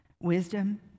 wisdom